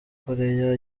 koreya